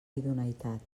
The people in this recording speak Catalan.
idoneïtat